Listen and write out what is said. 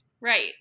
Right